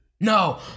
No